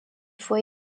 fois